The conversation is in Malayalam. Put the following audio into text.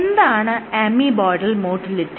എന്താണ് അമീബോയ്ഡൽ മോട്ടിലിറ്റി